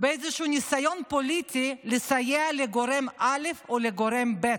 באיזשהו ניסיון פוליטי לסייע לגורם א' או לגורם ב'.